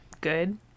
good